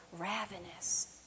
ravenous